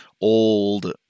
old